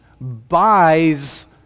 buys